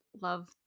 love